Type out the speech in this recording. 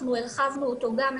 אנחנו הרחבנו אותו גם למרכז.